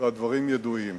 והדברים ידועים.